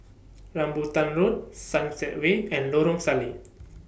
Rambutan Road Sunset Way and Lorong Salleh